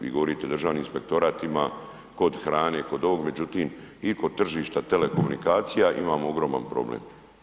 Vi govorite Državni inspektorat ima kod hrane, kod ovog, međutim i kod tržišta telekomunikacija imamo ogroman problem.